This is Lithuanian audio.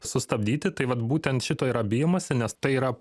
sustabdyti tai vat būtent šito yra bijomasi nes tai yra